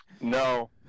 No